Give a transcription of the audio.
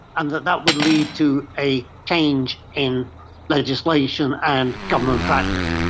and that that would lead to a change in legislation and government practice.